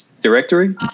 directory